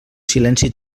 silenci